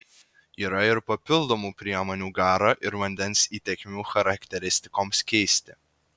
yra ir papildomų priemonių garo ir vandens įtekmių charakteristikoms keisti